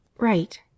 Right